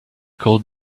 call